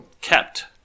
kept